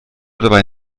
dabei